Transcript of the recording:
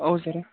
ಹೌದ್ ಸರ್ರ